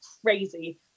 crazy